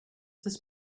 this